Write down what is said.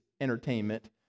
entertainment